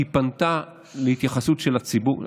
היא פנתה להתייחסות של הציבור.